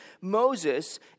Moses